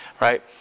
right